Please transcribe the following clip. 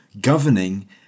governing